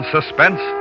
Suspense